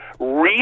real